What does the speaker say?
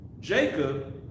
jacob